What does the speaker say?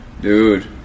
Dude